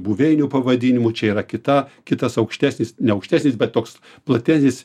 buveinių pavadinimų čia yra kita kitas aukštesnis neaukštesnis bet koks platesnis